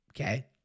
okay